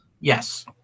Yes